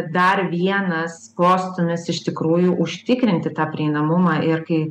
dar vienas postūmis iš tikrųjų užtikrinti tą prieinamumą ir kai